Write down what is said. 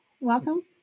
welcome